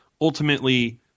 ultimately